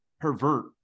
pervert